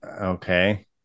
okay